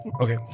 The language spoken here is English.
Okay